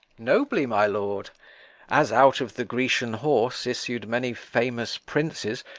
nobly, my lord as out of the grecian horse issued many famous princes,